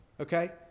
Okay